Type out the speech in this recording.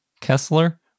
Kessler